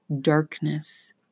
darkness